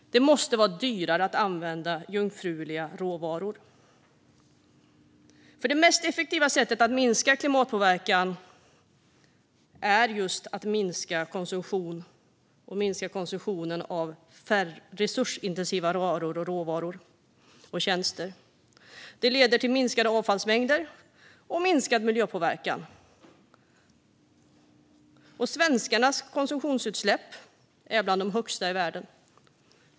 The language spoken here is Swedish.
Det måste vara dyrare att använda jungfruliga råvaror. Det mest effektiva sättet att minska klimatpåverkan är just att minska konsumtionen och att minska konsumtionen av resursintensiva varor, råvaror och tjänster. Det leder till minskade avfallsmängder och minskad miljöpåverkan. Svenskarnas konsumtionsutsläpp är bland de högsta i världen.